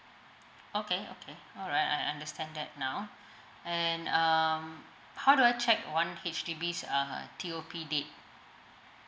okay okay alright I I understand that now and um how do I check one H_D_B's uh T_O_P date